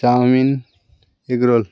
chowmein egg roll